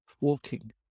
walking